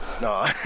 No